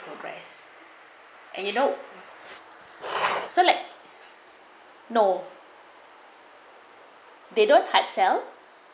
progress and you know so like no they don't high sell